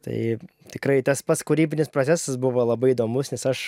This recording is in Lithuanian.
tai tikrai tas pats kūrybinis procesas buvo labai įdomus nes aš